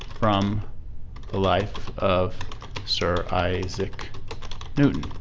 from the life of sir isaac newton.